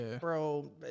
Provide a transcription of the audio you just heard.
bro